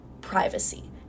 privacy